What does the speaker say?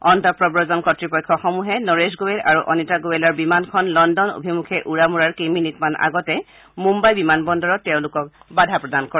অন্তঃপ্ৰৱজন কৰ্ডৃপক্ষসমূহে নৰেশ গোৱেল আৰু অনিতা গোৱেলৰবিমানখন লণ্ডন অভিমুখে উৰা মৰাৰ কেইমিনিটমান আগতে মুম্বাই বিমানবন্দৰত তেওঁলোকক বাধা প্ৰদান কৰে